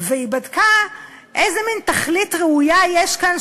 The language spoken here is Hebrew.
והיא בדקה איזה מין תכלית ראויה יש כאן,